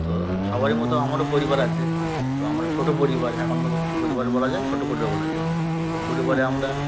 তো সবারই মতো আমারও পরিবার আছে তো আমার ছোট পরিবার একান্নবর্তী পরিবার বলা যায় ছোট পরিবার বলা যায় তো পরিবারে আমরা